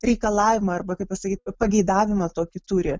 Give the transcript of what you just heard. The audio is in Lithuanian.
reikalavimą arba kaip pasakyt pageidavimą tokį turi